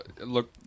Look